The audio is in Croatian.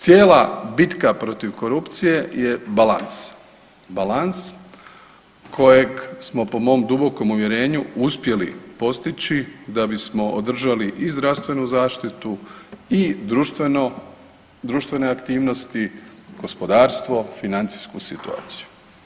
Cijela bitka protiv korupcije je balans, balans kojeg smo po mom dubokom uvjerenju uspjeli postići da bismo održali i zdravstvenu zaštitu i društvene aktivnosti, gospodarstvo, financijsku situaciju.